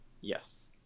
Yes